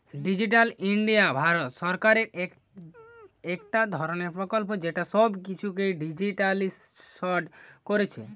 digital India Bharat সরকারের একটা ধরণের প্রকল্প যেটা সব কিছুকে ডিজিটালিসড কোরছে